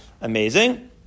amazing